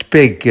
big